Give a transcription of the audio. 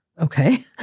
Okay